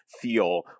feel